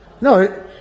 No